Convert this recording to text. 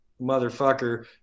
motherfucker